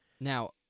Now